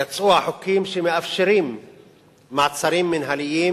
יצאו החוקים שמאפשרים מעצרים מינהליים,